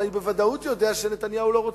אבל אני בוודאות יודע שנתניהו לא רוצה,